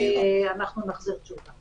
ואנחנו נחזיר תשובה.